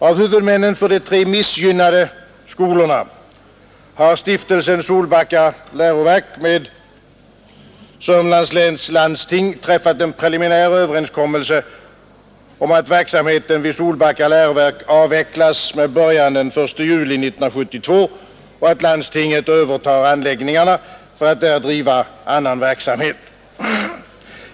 Av huvudmännen för de tre missgynnade skolorna har Stiftelsen Solbacka läroverk med Södermanlands läns landsting träffat en preliminär överenskommelse om att verksamheten vid Solbacka läroverk avvecklas med början den 1 juli 1972 och att landstinget övertar anläggningarna för att där driva annan verksamhet.